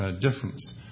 difference